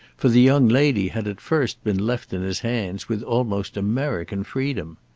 for the young lady had at first been left in his hands with almost american freedom.